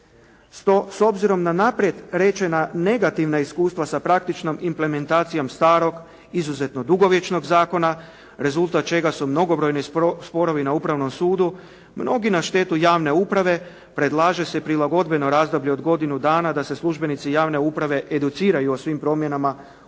S obzirom na naprijed rečena negativna iskustva sa praktičnom implementacijom starog, izuzetno dugovječnog zakona rezultat čega su mnogobrojni sporovi na upravnom sudu, mnogi na štetu javne uprave predlaže se prilagodbeno razdoblje od godinu dana da se službenici javne uprave educiraju o svim promjenama u općem